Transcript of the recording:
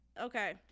okay